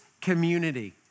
Community